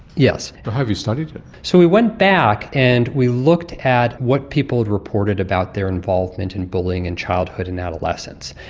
yes. so how have you studied it? so we went back and we looked at what people had reported about their involvement in bullying in childhood and adolescence,